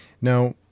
Now